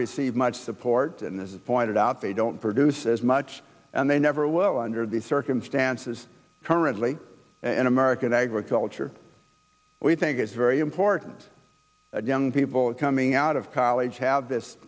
receive much support and this is pointed out they don't produce as much and they never will under the circumstances currently in american agriculture we think it's very important that young people coming out of college have this